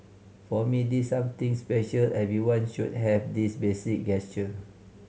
for me this something special everyone should have this basic gesture